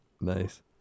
Nice